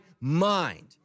mind